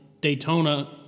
Daytona